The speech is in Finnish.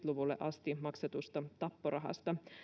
luvulle asti maksetusta tapporahasta